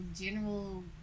general